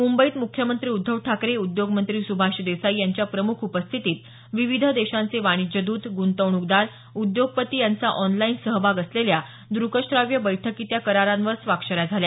मुंबईत मुख्यमंत्री उद्धव ठाकरे उद्योगमंत्री सुभाष देसाई यांच्या प्रमुख उपस्थितीत विविध देशांचे वाणिज्यदूत गुंतवणूकदार उद्योगपती यांचा ऑनलाईन सहभाग असलेल्या द्रकश्राव्य बैठकीत या करारांवर स्वाक्षऱ्या झाल्या